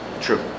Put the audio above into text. True